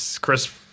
Chris